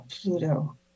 Pluto